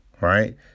right